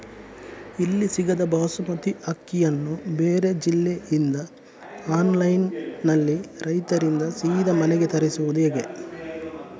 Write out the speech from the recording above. ಇಲ್ಲಿ ಸಿಗದ ಬಾಸುಮತಿ ಅಕ್ಕಿಯನ್ನು ಬೇರೆ ಜಿಲ್ಲೆ ಇಂದ ಆನ್ಲೈನ್ನಲ್ಲಿ ರೈತರಿಂದ ಸೀದಾ ಮನೆಗೆ ತರಿಸುವುದು ಹೇಗೆ?